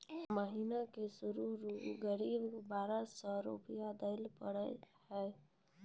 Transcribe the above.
महीना के रूप क़रीब बारह सौ रु देना पड़ता है?